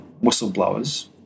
whistleblowers